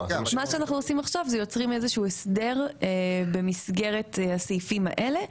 מה שאנחנו עושים עכשיו זה יוצרים איזשהו הסדר במסגרת הסעיפים האלה,